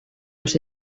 los